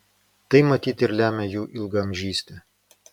tai matyt ir lemia jų ilgaamžystę